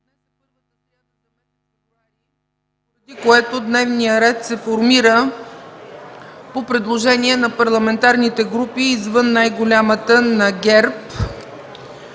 което дневният ред се формира по предложение на парламентарните групи, извън най-голямата – на ГЕРБ.